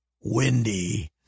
windy